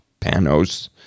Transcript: Panos